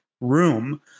room